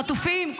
החטופים,